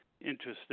Interesting